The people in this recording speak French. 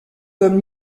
comme